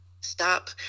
stop